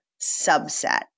subset